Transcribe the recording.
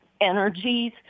energies